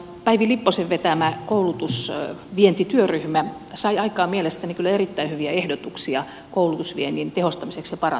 päivi lipposen vetämä koulutusvientityöryhmä sai aikaan mielestäni kyllä erittäin hyviä ehdotuksia koulutusviennin tehostamiseksi ja parantamiseksi